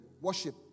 worship